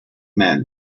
men